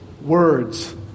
words